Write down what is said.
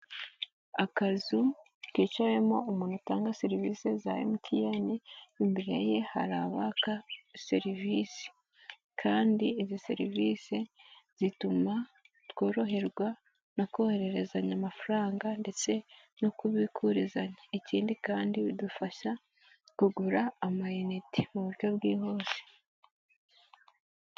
Akazu kicayemo umuntu utanga serivisi za MTN, imbere ye hari abaka serivisi kandi izi serivisi zituma tworoherwa no kohererezanya amafaranga ndetse no kubikurizanya, ikindi kandi bidufasha kugura amayinite mu buryo bwihuse.